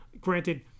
Granted